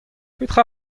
petra